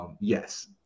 yes